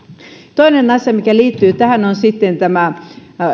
toinen asia mikä liittyy tähän on sitten